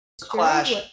Clash